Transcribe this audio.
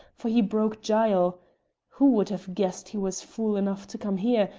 for he broke jyle who would have guessed he was fool enough to come here,